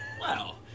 Wow